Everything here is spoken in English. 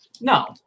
No